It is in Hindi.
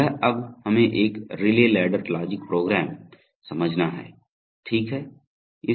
तो यह अब हमें एक रिले लैडर लॉजिक प्रोग्राम समझना हैं ठीक है